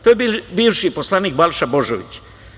To je bivši poslanik Balša Božović.